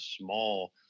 small